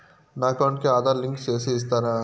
నా అకౌంట్ కు ఆధార్ లింకు సేసి ఇస్తారా?